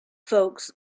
folks